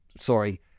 sorry